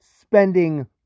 spending